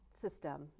system